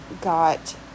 got